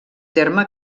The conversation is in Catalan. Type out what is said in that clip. terme